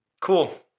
Cool